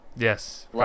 yes